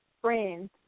friends